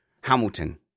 Hamilton